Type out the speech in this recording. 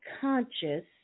conscious